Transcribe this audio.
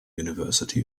university